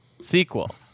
sequel